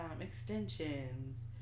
extensions